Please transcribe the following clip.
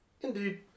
indeed